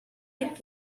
got